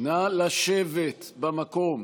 נא לשבת במקום.